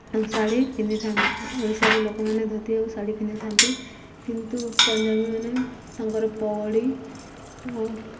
ଓ ଶାଢ଼ୀ ପିନ୍ଧିଥାନ୍ତି ଓଡ଼ିଶାର ଲୋକମାନେ ଧୋତି ଆଉ ଶାଢ଼ୀ ପିନ୍ଧିଥାନ୍ତି କିନ୍ତୁ ପଞ୍ଜାବୀମାନେ ତାଙ୍କର ପଗଡ଼ି ଓ